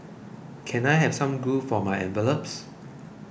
can I have some glue for my envelopes